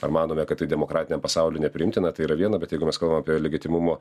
ar manome kad tai demokratiniam pasauliui nepriimtina tai yra viena bet jeigu mes kalbam apie legitimumo